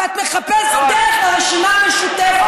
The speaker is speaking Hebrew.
ואת מחפשת דרך לרשימה המשותפת.